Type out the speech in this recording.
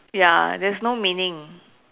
ya there's no meaning